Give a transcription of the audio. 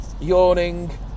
Yawning